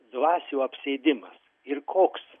dvasių apsėdimas ir koks